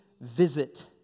visit